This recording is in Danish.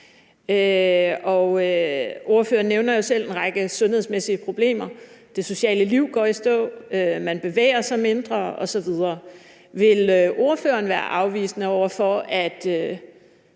ordføreren nævner også selv en række sundhedsmæssige problemer; det sociale liv går i stå, man bevæger sig mindre osv. Vil ordføreren være afvisende over for, at